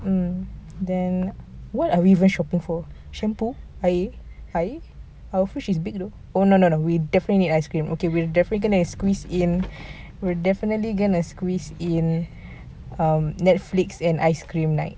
mm then what are you guys shopping for shampoo air air our fridge is big though oh no no no we definitely need ice cream okay we'll definitely going to squeeze in food we'll definitely going to squeeze in um netflix and ice cream night